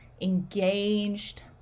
engaged